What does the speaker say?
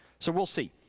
so we'll see.